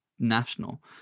national